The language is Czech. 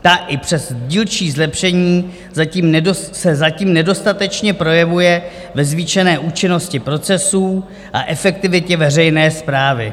Ta i přes dílčí zlepšení se zatím nedostatečně projevuje ve zvýšené účinnosti procesů a efektivitě veřejné správy.